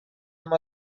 amb